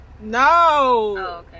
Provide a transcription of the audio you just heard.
No